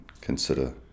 consider